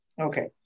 Okay